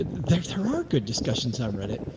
ah there there are good discussions on reddit.